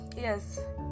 yes